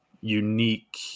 unique